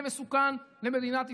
זה מסוכן למדינת ישראל.